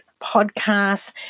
podcasts